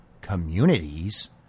communities